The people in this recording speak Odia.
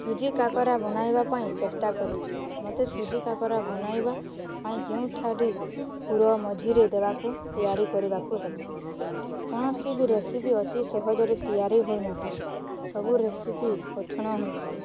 ସୁଜି କାକରା ବନାଇବା ପାଇଁ ଚେଷ୍ଟା କରୁଛିି ମୋତେ ସୁଜି କାକରା ବନାଇବା ପାଇଁ ଯେଉଁଠାରେ ପୂୁର ମଝିରେ ଦେବାକୁ ତିଆରି କରିବାକୁ ହେବ କୌଣସି ବି ରେସିପି ଅତି ସହଜରେ ତିଆରି ହୋଇନଥାଏ ସବୁ ରେସିପି କଠିନ ହୋଇଥାଏ